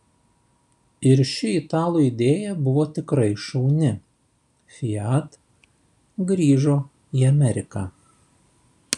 ir ši italų idėja buvo tikrai šauni fiat grįžo į ameriką